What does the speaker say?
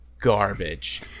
garbage